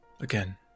Again